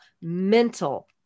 mental